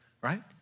right